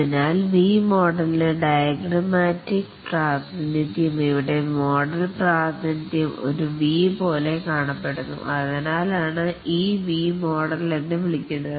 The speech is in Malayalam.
അതിനാൽ വി മോഡലിൻറെ ഡയഗ്രമാറ്റിക് പ്രാതിനിധ്യം ഇവിടെ മോഡൽ പ്രാതിനിധ്യം ഒരു വി പോലെ കാണപ്പെടുന്നു അതിനാലാണ് ഇതിനെ വി മോഡൽ എന്ന് വിളിക്കുന്നത്